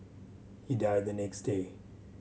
he died the next day